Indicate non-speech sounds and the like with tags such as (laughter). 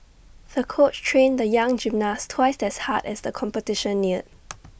the coach trained the young gymnast twice as hard as the competition neared (noise)